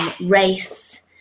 Race